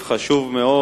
סעיף חשוב מאוד,